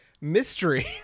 mystery